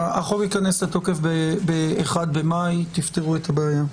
החוק ייכנס לתוקף ב-1 במאי, תפתרו את הבעיה.